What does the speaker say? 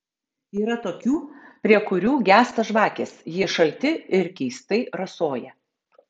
yra tokių prie kurių gęsta žvakės jie šalti ir keistai rasoja